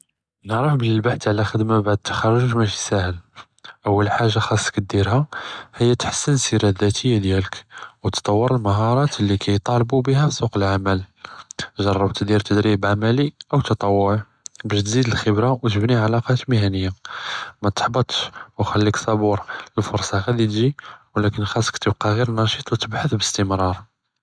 נערף בּלי אלבחת עלא ח׳דמה אחרי אלתחרוג מאשי סאהל, אול חאגה ח׳אסך תדריה היא תחסן אלסירה אלזאטיה דיאלך ותתתקדّم אלמהارات לי קאיתלבּו ביה בסוּק אלעמל, ג׳רב תדר תדריב עמעלי או תתואעי באש תזיד אלחכרה ותבני עלקות מיהניא, מא תחבטש ו ח׳אליק סבור, אלפורסה ג׳אדי תיג׳י ו אבלאכן ח׳אסך תבּקה ג׳יר נשיט ו תבחת בּאסתראר.